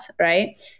Right